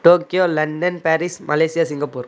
Tokyo London Paris Malaysia Singapore